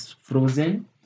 Frozen